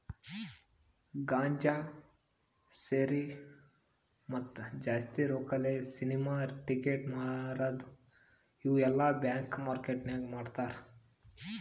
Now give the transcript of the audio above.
ಗಾಂಜಾ, ಶೇರಿ, ಮತ್ತ ಜಾಸ್ತಿ ರೊಕ್ಕಾಲೆ ಸಿನಿಮಾ ಟಿಕೆಟ್ ಮಾರದು ಇವು ಎಲ್ಲಾ ಬ್ಲ್ಯಾಕ್ ಮಾರ್ಕೇಟ್ ನಾಗ್ ಮಾರ್ತಾರ್